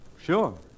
sure